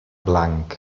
blanc